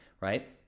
right